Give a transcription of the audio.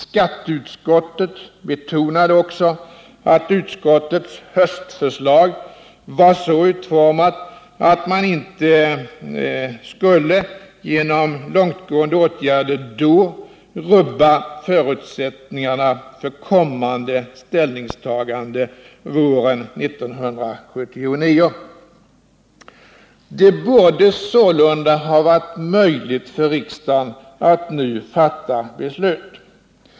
Skatteutskottet betonade också att utskottets höstförslag var så utformat att man inte genom långtgående åtgärder skulle rubba förutsättningarna för kommande ställningstagande våren 1979. Det borde sålunda ha varit möjligt för riksdagen att nu fatta beslut.